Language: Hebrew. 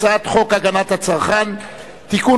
הצעת חוק הגנת הצרכן (תיקון,